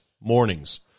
mornings